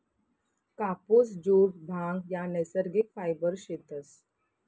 कापुस, जुट, भांग ह्या नैसर्गिक फायबर शेतस